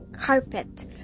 carpet